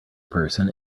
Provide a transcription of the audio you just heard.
person